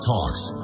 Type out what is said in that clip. Talks